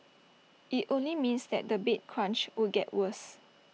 IT only means that the bed crunch would get worse